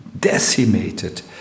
decimated